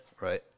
right